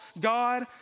God